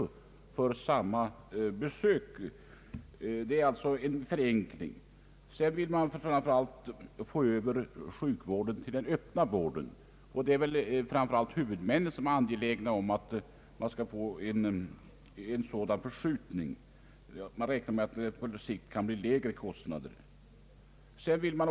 Den föreslagna reformen innebär alltså en förenkling i detta avseende. Reformen innebär framför allt att man flyttar över sjukvården till öppen vård. Främst huvudmännen är angelägna om en sådan förskjutning; de räknar med att det på längre sikt kan bli lägre kostnader för vården.